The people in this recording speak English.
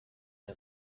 her